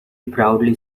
proudly